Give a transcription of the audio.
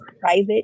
private